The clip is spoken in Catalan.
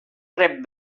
rep